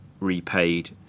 repaid